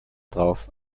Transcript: drauf